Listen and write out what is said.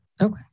okay